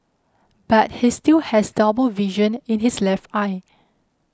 but he still has double vision in his left eye